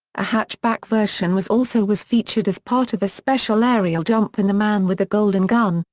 a hatchback version was also was featured as part of a special aerial jump in the man with the golden gun,